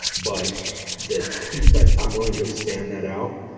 but the key. but i'm willing to expand that out.